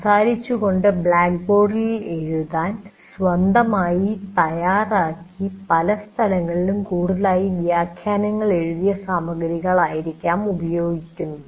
സംസാരിച്ചുകൊണ്ട് ബ്ലാക്ക് ബോർഡിൽ എഴുതാൻ സ്വന്തമായി തയ്യാറാക്കി പല സ്ഥലങ്ങളിലും കൂടുതലായ വ്യാഖ്യാനങ്ങൾ എഴുതിയ സാമഗ്രികൾ ആയിരിക്കാം ഉപയോഗിക്കുന്നത്